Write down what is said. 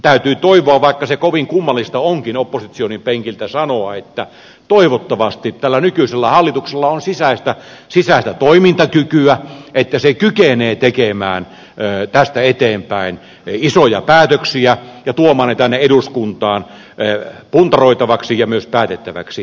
täytyy toivoa vaikka se kovin kummallista onkin opposition penkiltä sanoa että tällä nykyisellä hallituksella on sisäistä toimintakykyä niin että se kykenee tekemään tästä eteenpäin isoja päätöksiä ja tuomaan ne tänne eduskuntaan puntaroitavaksi ja myös päätettäväksi